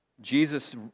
Jesus